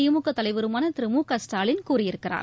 திமுக தலைவருமான திரு மு க ஸ்டாலின் கூறியிருக்கிறார்